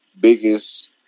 biggest